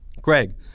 Greg